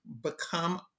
become